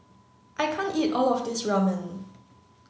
I can't eat all of this Ramen